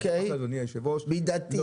מידתי.